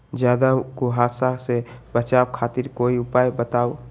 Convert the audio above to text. ज्यादा कुहासा से बचाव खातिर कोई उपाय बताऊ?